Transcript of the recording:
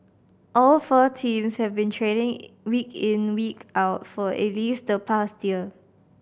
all four teams have been training week in week out for at least the past year